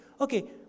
Okay